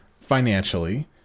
financially